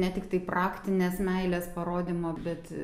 ne tiktai praktinės meilės parodymo bet